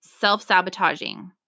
self-sabotaging